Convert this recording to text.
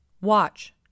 Watch